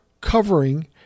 covering